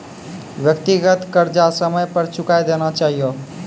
व्यक्तिगत कर्जा समय पर चुकाय देना चहियो